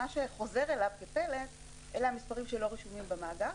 מה שחוזר אליו זה רק המספרים שלא רשומים במאגר.